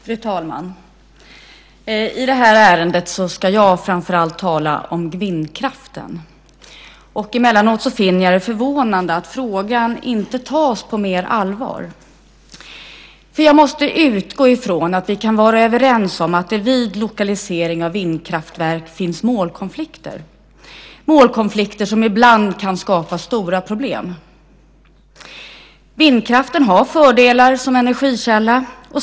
Fru talman! I det här ärendet ska jag tala om framför allt vindkraften. Emellanåt finner jag det förvånande att frågan inte tas på större allvar. Jag utgår ifrån att vi kan vara överens om att det finns målkonflikter vid lokalisering av vindkraftverk. Dessa målkonflikter kan ibland skapa stora problem. Vindkraften har fördelar som energikälla.